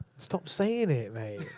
stop saying it, mate.